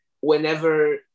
whenever